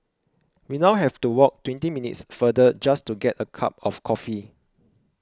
we now have to walk twenty minutes farther just to get a cup of coffee